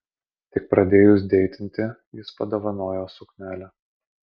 tik pradėjus deitinti jis padovanojo suknelę